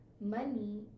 money